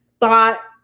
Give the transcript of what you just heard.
thought